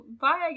bye